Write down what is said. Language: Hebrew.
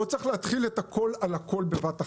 לא צריך להתחיל את הכל על הכל בבת אחת,